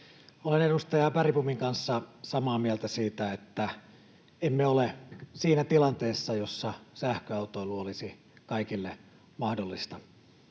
Olen edustaja Bergbomin kanssa samaa mieltä siitä, että emme ole siinä tilanteessa, jossa sähköautoilu olisi kaikille mahdollista.